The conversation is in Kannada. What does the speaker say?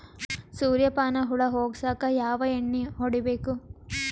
ಸುರ್ಯಪಾನ ಹುಳ ಹೊಗಸಕ ಯಾವ ಎಣ್ಣೆ ಹೊಡಿಬೇಕು?